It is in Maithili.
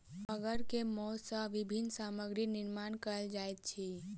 मगर के मौस सॅ विभिन्न सामग्री निर्माण कयल जाइत अछि